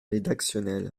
rédactionnel